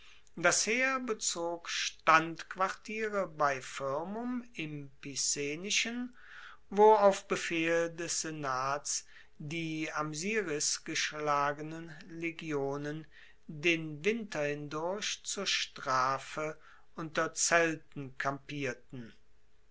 das heer bezog standquartiere bei firmum im picenischen wo auf befehl des senats die am siris geschlagenen legionen den winter hindurch zur strafe unter zelten kampierten